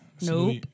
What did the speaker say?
Nope